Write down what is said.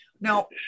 Now